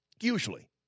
usually